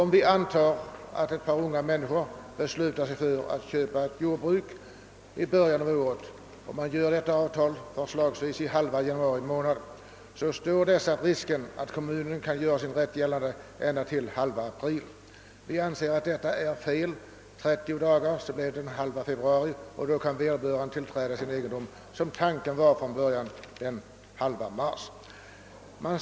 Om vi antar att ett par unga människor beslutar sig för att köpa ett jordbruk och ett avtal upprättas i mitten av januari, finns det nu risk för att kommunen kan göra sin rätt gällande ända till mitten av april. Vi anser att detta är felaktigt. Om man ändrar tiden till 30 dagar, kan vederbörande tillträda sin egendom i mitten av mars som tanken var från början.